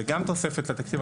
זה גם תוספת לתקציב,